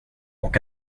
och